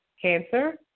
Cancer